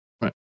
Right